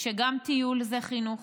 שגם טיול זה חינוך,